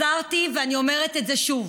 אמרתי ואני אומרת את זה שוב: